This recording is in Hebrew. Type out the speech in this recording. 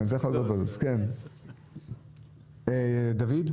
שמעתי את מרבית הדיון,